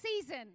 season